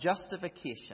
justification